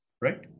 Right